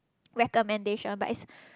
recommendation but it's